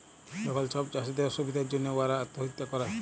যখল ছব চাষীদের অসুবিধার জ্যনহে উয়ারা আত্যহত্যা ক্যরে